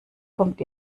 kommt